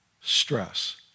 stress